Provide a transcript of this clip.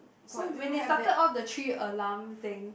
but when they started all the three alarm thing